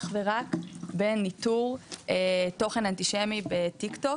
אך ורק בניטור תוכן אנטישמי בטיקטוק,